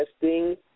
testing